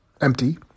empty